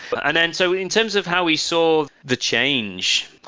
but and and so in terms of how we saw the change,